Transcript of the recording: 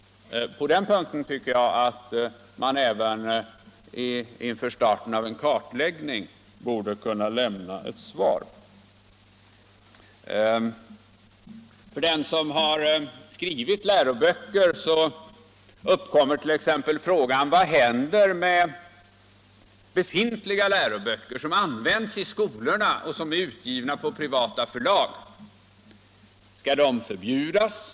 På den punkten tycker jag att man borde kunna lämna ett svar även inför starten av en kartläggning. För dem som har skrivit läroböcker uppkommer frågan: Vad händer med befintliga läroböcker som används i skolorna och som är utgivna på privata förlag? Skall de förbjudas?